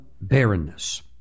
barrenness